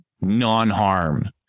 non-harm